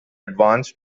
advance